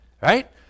Right